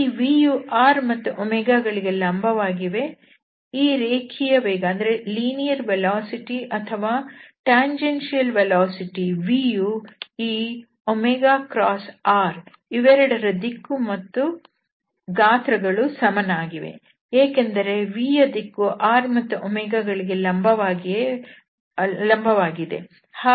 ಈ vಯು r ಮತ್ತು ಗಳಿಗೆ ಲಂಬವಾಗಿದೆ ಈ ರೇಖೀಯ ವೇಗ ಅಥವಾ ಸ್ಪರ್ಶಕ ವೇಗ vಯು ಮತ್ತು ಈ r ಇವೆರೆಡರ ದಿಕ್ಕು ಮತ್ತು ಗಾತ್ರಗಳು ಸಮನಾಗಿವೆ ಯಾಕೆಂದರೆ vಯ ದಿಕ್ಕು r ಮತ್ತು ಗಳಿಗೆ ಲಂಬವಾಗಿದೆ